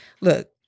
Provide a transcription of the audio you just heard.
look